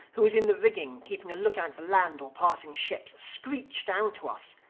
who was in the rigging keeping a look-out for land or passing ships, screech down to us,